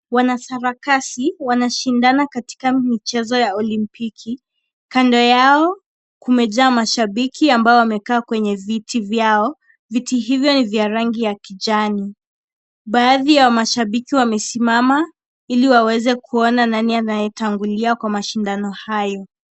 Wanasarakasi wanashindana katika michezo ya olimpiki, kando yao kumejaa mashabiki ambao wamekaa kwenye viti vyao, viti hivyo vya rangi ya kijani, baadhi ya mashabiki wamesimama ili waweze kuona nani anayetangulia kwa mashindano hayo.